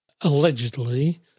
allegedly